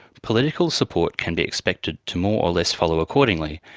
political support can be expected to more or less follow accordingly,